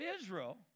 Israel